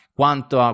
quanto